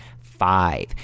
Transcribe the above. five